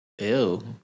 Ew